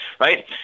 right